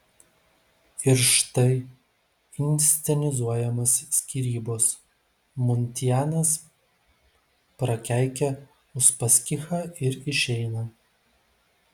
ir štai inscenizuojamos skyrybos muntianas prakeikia uspaskichą ir išeina